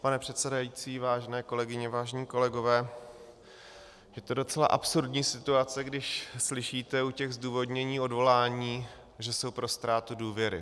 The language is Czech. Pane předsedající, vážené kolegyně, vážení kolegové, je to docela absurdní situace, když slyšíte u těch zdůvodnění odvolání, že jsou pro ztrátu důvěry.